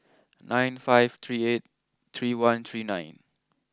nine five three eight three one three nine